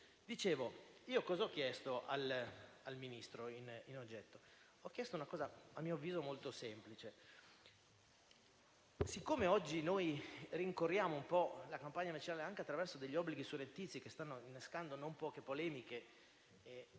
di vista. Cosa ho chiesto al Ministro in oggetto? Una cosa a mio avviso molto semplice. Poiché oggi rincorriamo un po' la campagna vaccinale anche attraverso obblighi surrettizi che stanno innescando non poche polemiche